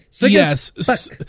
yes